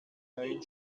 neuen